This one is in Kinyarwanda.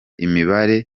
imibare